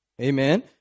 Amen